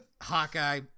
Hawkeye